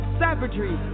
savagery